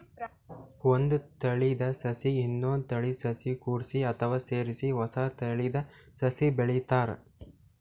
ಒಂದ್ ತಳೀದ ಸಸಿಗ್ ಇನ್ನೊಂದ್ ತಳೀದ ಸಸಿ ಕೂಡ್ಸಿ ಅಥವಾ ಸೇರಿಸಿ ಹೊಸ ತಳೀದ ಸಸಿ ಬೆಳಿತಾರ್